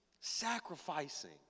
Sacrificing